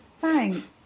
thanks